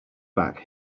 back